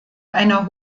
einer